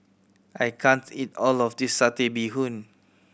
I can't eat all of this Satay Bee Hoon